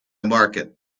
market